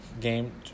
Game